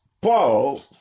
Paul